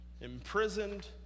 Imprisoned